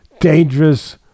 dangerous